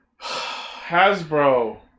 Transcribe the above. hasbro